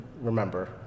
remember